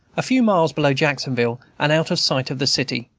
a few miles below jacksonville, and out of sight of the city,